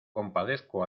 compadezco